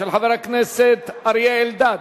של חבר הכנסת אריה אלדד,